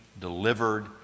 delivered